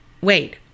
wait